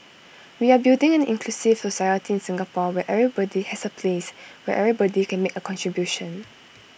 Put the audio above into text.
we are building an inclusive society in Singapore where everybody has A place where everybody can make A contribution